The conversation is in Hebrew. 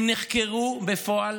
הם נחקרו בפועל